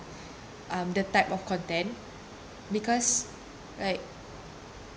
um the type of content because like